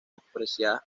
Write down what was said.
apreciadas